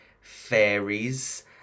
fairies